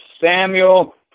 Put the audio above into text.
Samuel